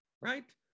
right